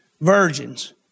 virgins